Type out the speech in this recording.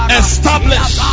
establish